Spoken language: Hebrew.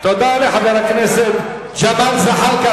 תודה לחבר הכנסת ג'מאל זחאלקה.